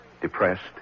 Depressed